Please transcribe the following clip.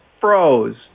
froze